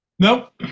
Nope